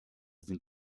sind